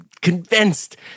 convinced